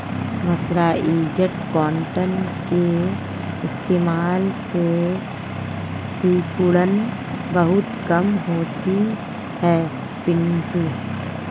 mercerised cotton के इस्तेमाल से सिकुड़न बहुत कम हो जाती है पिंटू